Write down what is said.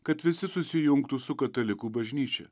kad visi susijungtų su katalikų bažnyčia